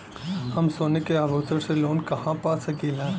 हम सोने के आभूषण से लोन कहा पा सकीला?